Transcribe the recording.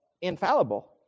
infallible